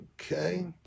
okay